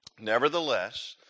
Nevertheless